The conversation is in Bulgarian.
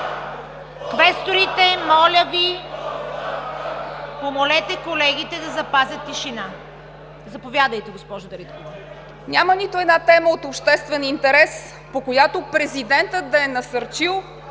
Квесторите, моля Ви, помолете колегите да запазят тишина! Заповядайте, госпожо Дариткова. ДАНИЕЛА ДАРИТКОВА-ПРОДАНОВА: Няма нито една тема от обществен интерес, по която президентът да е насърчил